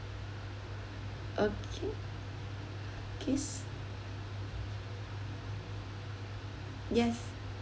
okay case yes